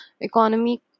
economy